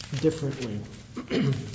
differently